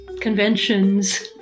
conventions